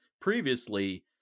previously